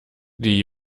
die